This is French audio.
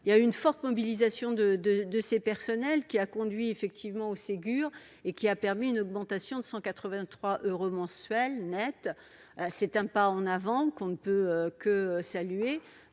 (Ehpad). La forte mobilisation de ces personnels a conduit effectivement au plan Ségur, qui a permis une augmentation de 183 euros net mensuels. C'est un pas en avant qu'on ne peut que saluer,